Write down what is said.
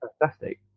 fantastic